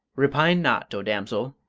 repine not, o damsel,